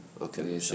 Okay